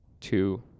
two